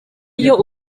iyo